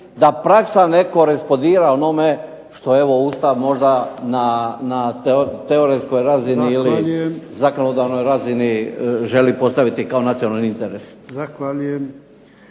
da praksa ne korespondira u onome što evo Ustav možda na teoretskoj razini ili zakonodavnoj razini želi postaviti kao nacionalni interes. **Jarnjak,